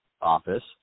office